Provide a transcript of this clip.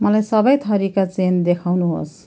मलाई सबै थरीका चेन देखाउनुहोस्